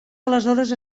aleshores